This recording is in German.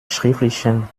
schriftlichen